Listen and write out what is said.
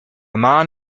man